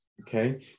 okay